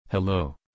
Hello